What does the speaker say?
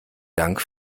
dank